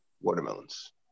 watermelons